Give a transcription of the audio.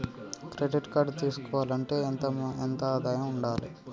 Credit card తీసుకోవాలంటే ఎంత ఆదాయం ఉండాలే?